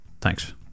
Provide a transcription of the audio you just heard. Thanks